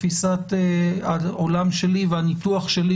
תפיסת העולם שלי והניתוח שלי,